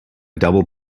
double